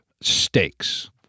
stakes